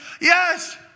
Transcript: Yes